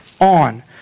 on